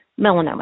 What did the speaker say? melanoma